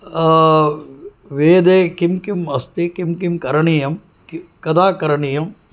वेदे किं किम् अस्ति किं किं करणीयं कदा करणीयम्